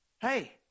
hey